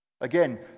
Again